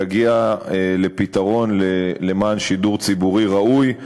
להגיע לפתרון למען שידור ציבורי ראוי.